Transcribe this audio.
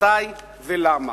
מתי ולמה?